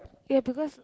ya because